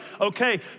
Okay